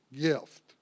gift